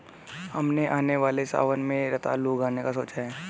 हमने आने वाले सावन में रतालू उगाने का सोचा है